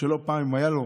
שלא פעם אם היה לו,